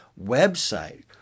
website